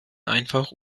einfach